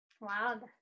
wow